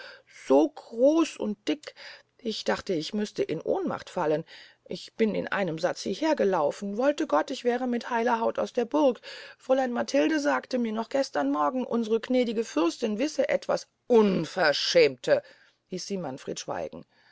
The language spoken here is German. so groß und dick ich dachte ich müste in ohnmacht fallen ich bin in einem satz hieher gelaufen wolte gott ich wäre mit heiler haut aus der burg fräulein matilde sagte mir noch gestern morgen unsre gnädige fürstin wisse etwas unverschämte hieß sie manfred schweigen